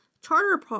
charter